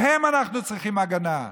מהם אנחנו צריכים הגנה,